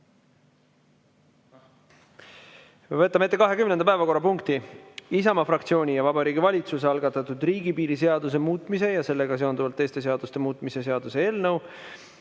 Võtame ette 20. päevakorrapunkti: Isamaa fraktsiooni ja Vabariigi Valitsuse algatatud riigipiiri seaduse muutmise ja sellega seonduvalt teiste seaduste muutmise seaduse eelnõu